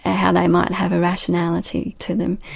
ah how they might have a rationality to them.